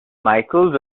michaels